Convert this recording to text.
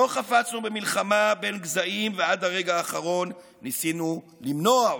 לא חפצנו במלחמה בין גזעים ועד הרגע האחרון ניסינו למנוע אותה.